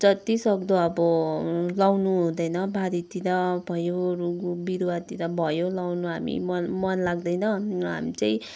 जतिसक्दो अब लाउनु हुँदैन बारीतिर भयो रुख बिरुवातिर भयो लाउनु हामी मल मल लाग्दैन हामी चाहिँ